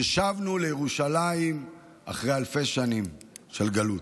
ששבנו לירושלים אחרי אלפי שנים של גלות,